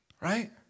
Right